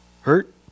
Hurt